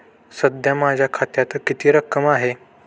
सध्या माझ्या खात्यात किती रक्कम आहे?